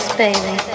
baby